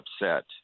upset